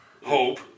Hope